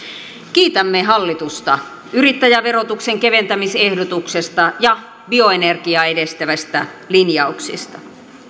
kiitämme hallitusta yrittäjäverotuksen keventämisehdotuksesta ja bioenergiaa edistävistä linjauksista